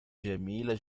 جميلة